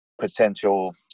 potential